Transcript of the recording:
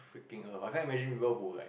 freaking I can't imagine people who like